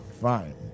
Fine